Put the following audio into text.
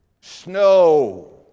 snow